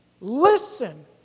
Listen